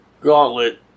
gauntlet